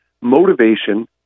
motivation